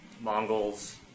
Mongols